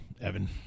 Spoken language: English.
Evan